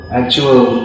actual